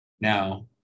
Now